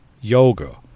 yoga